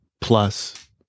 plus